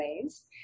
ways